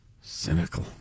Cynical